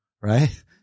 right